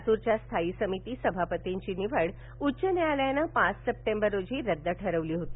लातूरच्या स्थायी समिती सभापतीची निवड उच्चन्यायालयाने पाच सप्टेंबर रोजी रद्द ठरवली होती